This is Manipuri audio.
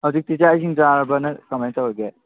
ꯍꯧꯖꯤꯛꯇꯤ ꯆꯥꯛ ꯏꯁꯤꯡ ꯆꯥꯔꯕ꯭ꯔꯥ ꯅꯪ ꯀꯃꯥꯏ ꯇꯧꯔꯒꯦ